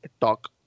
talk